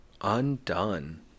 Undone